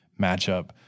matchup